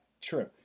true